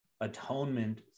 atonement